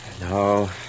No